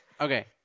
Okay